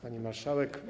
Pani Marszałek!